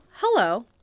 hello